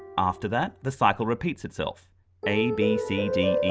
after that, the cycle repeats itself a, b, c, d, e,